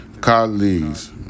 colleagues